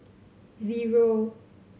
zero